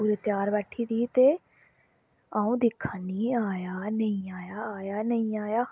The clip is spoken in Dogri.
पूरी तेआर बैठी दी ही ते आ'ऊं दिक्खा नी आया नेईं आया आया नेईं आया